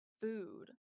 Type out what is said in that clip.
food